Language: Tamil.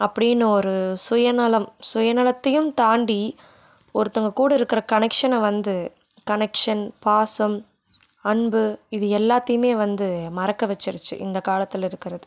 அப்படின்னு ஒரு சுயநலம் சுயநலத்தையும் தாண்டி ஒருத்தவங்க கூட இருக்கிற கனெக்ஷனை வந்து கனெக்ஷன் பாசம் அன்பு இது எல்லாத்தியுமே வந்து மறக்க வச்சுருச்சி இந்த காலத்தில் இருக்கிறது